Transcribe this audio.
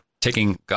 taking